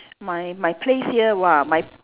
my my place here !wah! my